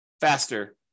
faster